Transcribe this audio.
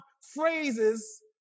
phrases